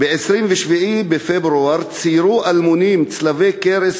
ב-27 בפברואר ציירו אלמונים צלבי קרס